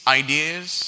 ideas